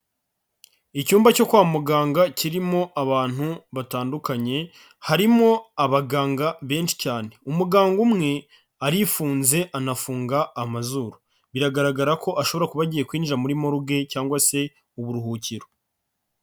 Icyumba cyo kwa muganga kirimo abantu batandukanye, harimo abaganga benshi cyane, umuganga umwe arifunze anafunga amazuru, biragaragara ko ashobora kuba agiye kwinjira muri morgue cyangwa se uburuhukiro.